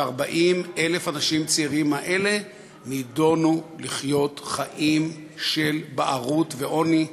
ו-40,000 האנשים הצעירים האלה נידונו לחיות חיים של בערות ועוני.